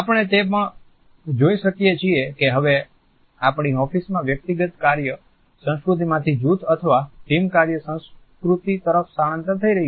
આપણે તે પણ જોઈ શકીએ છીએ કે હવે આપણી ઓફિસમાં વ્યક્તિગત કાર્ય સંસ્કૃતિમાંથી જૂથ અથવા ટીમ કાર્ય સંસ્કૃતિ તરફ સ્થળાંતર થઈ રહ્યું છે